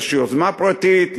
יש יוזמה פרטית,